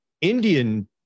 Indian